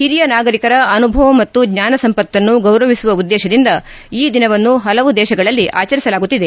ಹಿರಿಯ ನಾಗರಿಕರ ಅನುಭವ ಮತ್ತು ಜ್ವಾನ ಸಂಪತ್ತನ್ನು ಗೌರವಿಸುವ ಉದ್ದೇತದಿಂದ ಈ ದಿನವನ್ನು ಷಲವು ದೇಶಗಳಲ್ಲಿ ಆಚರಿಸಲಾಗುವುದು